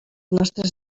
nostres